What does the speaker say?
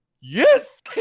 yes